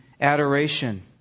adoration